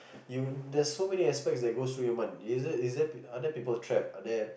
you there's so many aspects that goes through your mind is there is there peo~ are there people trapped are there